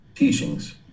teachings